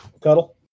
cuddle